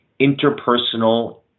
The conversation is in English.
interpersonal